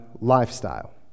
lifestyle